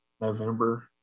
November